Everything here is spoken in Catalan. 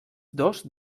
dos